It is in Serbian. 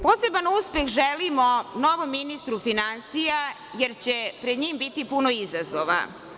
Poseban uspeh želimo novom ministru finansija jer će pred njim biti puno izazova.